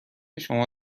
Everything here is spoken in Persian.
شما